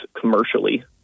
commercially